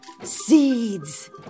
seeds